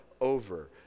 over